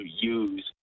use